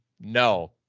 no